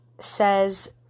says